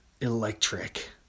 Electric